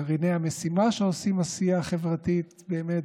גרעיני המשימה שעושים עשייה חברתית באמת